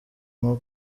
nko